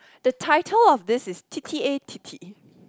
the title of this is tete-a-tete